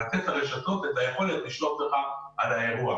לרשתות את היכולת לשלוט על האירוע.